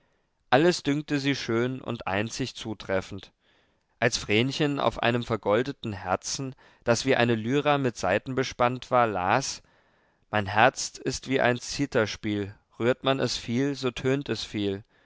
alles dünkte sie schön und einzig zutreffend als vrenchen auf einem vergoldeten herzen das wie eine lyra mit saiten bespannt war las mein herz ist wie ein zitherspiel rührt man es viel so tönt es viel